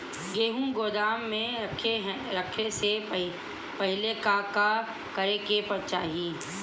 गेहु गोदाम मे रखे से पहिले का का करे के चाही?